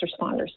responders